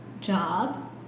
job